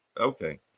okay